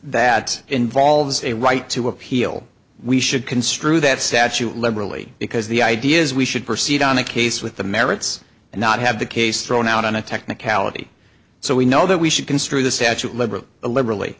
that involves a right to appeal we should construe that statute liberally because the idea is we should proceed on a case with the merits and not have the case thrown out on a technicality so we know that we should construe the statue of liberty a liberally